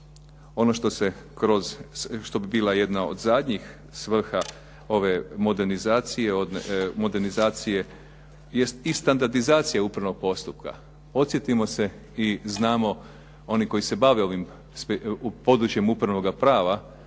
kroz, što bi bila jedna od zadnjih svrha ove modernizacije jest i standardizacija upravnog postupka. Podsjetimo se i znamo oni koji se bave ovim područjem upravnoga prava,